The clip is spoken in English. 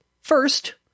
First